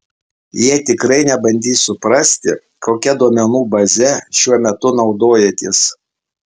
jie tikrai nebandys suprasti kokia duomenų baze šiuo metu naudojatės